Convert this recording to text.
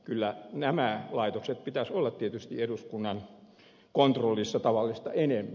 kyllä näiden laitosten pitäisi olla tietysti eduskunnan kontrollissa tavallista enemmän